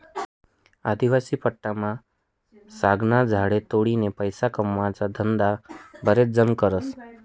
आदिवासी पट्टामा सागना झाडे तोडीन पैसा कमावाना धंदा बराच जण करतस